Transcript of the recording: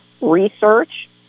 research